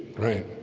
right?